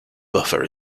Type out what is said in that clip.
buffer